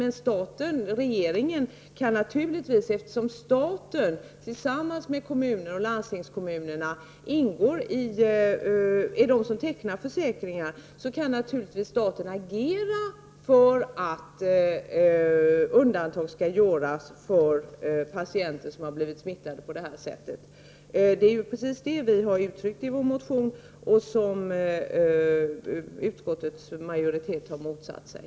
Men staten, regeringen, kan naturligtvis — eftersom staten tillsammans med kommuner och landstingskommuner tecknar försäkringar, agera för att undantag skall göras för de patienter som har blivit smittade på det här sättet. Det är också precis vad vi har gett uttryck för i vår motion men som utskottets majoritet har motsatt sig.